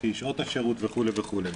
לפי שעות השירות וכו' וכו'.